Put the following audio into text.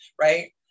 right